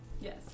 Yes